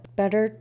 better